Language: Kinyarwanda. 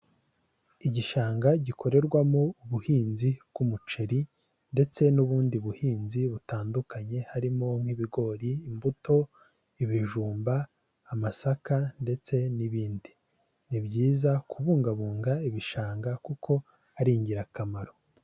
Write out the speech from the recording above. Igishanga gikorerwamo ubuhinzi bw'umuceri ndetse n'ubundi buhinzi butandukanye, harimo nk'ibigori, imbuto, ibijumba, amasaka ndetse n'ibindi. Ni byiza kubungabunga ibishanga kuko ari ingirakamaro.